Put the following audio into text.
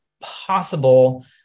possible